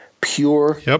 pure